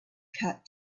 cut